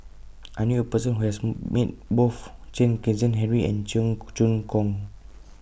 I knew A Person Who has Met Both Chen Kezhan Henri and Cheong Choong Kong